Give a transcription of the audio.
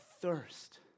thirst